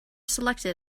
selected